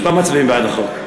שלא מצביעים בעד החוק.